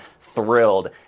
thrilled